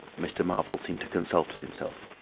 mr. marvel seemed to consult with himself.